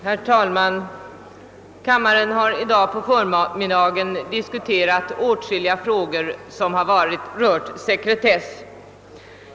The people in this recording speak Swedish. Herr talman! Kammaren har i dag på förmiddagen diskuterat åtskilliga frågor som har rört sekretess.